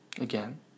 Again